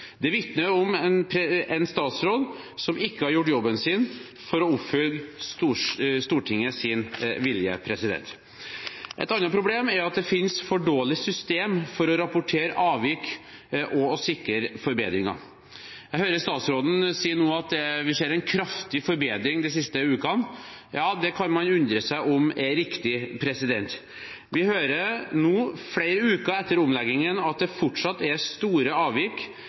Det vitner om en statsråd som ikke har gjort jobben sin for å oppfylle Stortingets vilje. Et annet problem er at det finnes for dårlige systemer for å rapportere avvik og sikre forbedringer. Jeg hører at statsråden nå sier at vi har sett en kraftig forbedring de siste ukene. Det kan man undre seg på om er riktig. Vi hører nå, flere uker etter omleggingen, at det fortsatt er store avvik